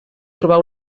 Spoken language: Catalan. trobar